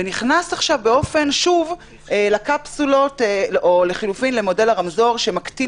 ונכנס עכשיו שוב למודל הרמזור שמקטין